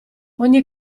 ogni